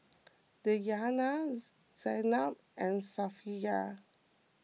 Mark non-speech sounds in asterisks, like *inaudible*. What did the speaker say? Diyana *noise* Zaynab and Safiya